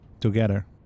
together